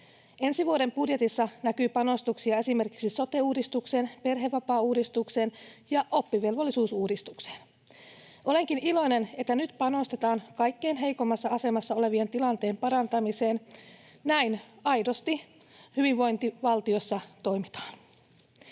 Ensi vuoden budjetissa näkyy panostuksia esimerkiksi sote-uudistukseen, perhevapaauudistukseen ja oppivelvollisuusuudistukseen. Olenkin iloinen, että nyt panostetaan kaikkein heikoimmassa asemassa olevien tilanteen parantamiseen. Näin aidossa hyvinvointivaltiossa toimitaan.